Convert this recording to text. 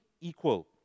equal